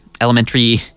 elementary